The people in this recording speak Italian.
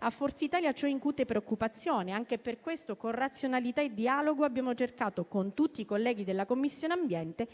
A Forza Italia ciò incute preoccupazione ed anche per questo, con razionalità e dialogo, abbiamo cercato con tutti i colleghi della Commissione ambiente